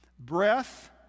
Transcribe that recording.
breath